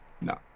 No